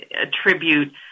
attribute